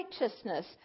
righteousness